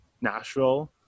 Nashville